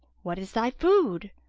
what is thy food?